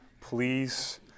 Please